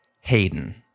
Hayden